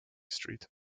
street